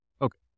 Okay